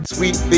Sweet